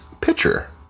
pitcher